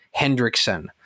Hendrickson